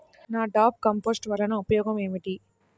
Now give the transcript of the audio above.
NADEP compost వలన ఉపయోగం ఏమిటి?